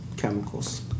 chemicals